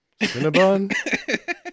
Cinnabon